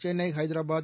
Chennai Hyderabad